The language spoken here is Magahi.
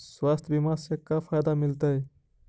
स्वास्थ्य बीमा से का फायदा मिलतै?